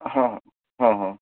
હા હા હા